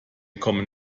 kommen